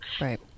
Right